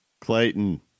Clayton